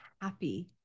happy